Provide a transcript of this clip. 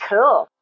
Cool